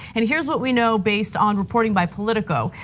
and here's what we know based on reporting by politico.